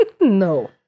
No